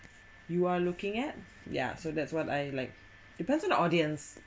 you are looking at yeah so that's what I like depends on the audience